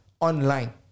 Online